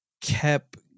kept